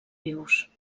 vius